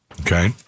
Okay